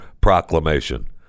proclamation